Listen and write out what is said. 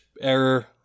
error